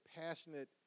passionate